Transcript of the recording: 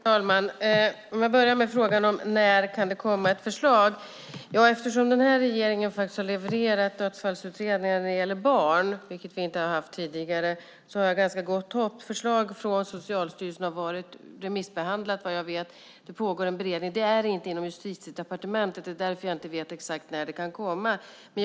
Fru talman! Låt mig börja med frågan om när det kan komma ett förslag. Eftersom den här regeringen faktiskt har levererat dödsfallsutredningar när det gäller barn, vilket vi inte har haft tidigare, har jag ganska gott hopp om detta. Förslag från Socialstyrelsen har remissbehandlats vad jag vet. Det pågår en beredning. Det ligger inte inom Justitiedepartementet, och det är därför jag inte vet exakt när det kan komma ett förslag.